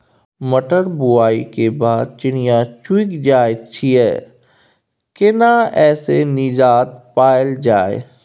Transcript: मटर बुआई के बाद चिड़िया चुइग जाय छियै केना ऐसे निजात पायल जाय?